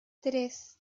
tres